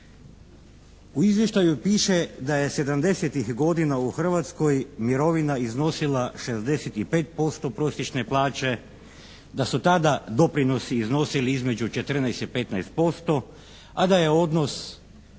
U izvještaju piše da je 70.-ih godina u Hrvatskoj mirovina iznosila 65% prosječne plaće, da su tada doprinosi iznosili između 14 i 15%, a da je odnos